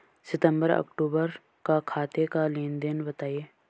सितंबर अक्तूबर का खाते का लेनदेन बताएं